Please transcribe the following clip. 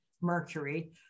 Mercury